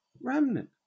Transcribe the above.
remnant